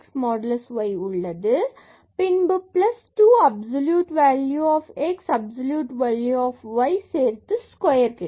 fxy 0x2y2x|y| பின்பு 2 absolute value of x absolute value of y சேர்த்து square கிடைக்கும்